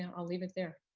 um i'll leave it there.